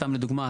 סתם לדוגמה,